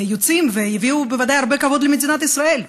ויוצאים, שיביאו בוודאי הרבה כבוד למדינת ישראל.